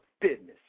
business